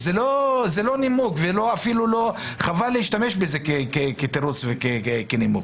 זה לא נימוק ואפילו חייב להשתמש בזה כתירוץ וכנימוק.